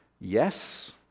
yes